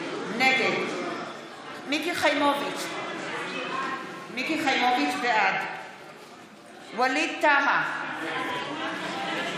נגד מיקי חיימוביץ' בעד ווליד טאהא,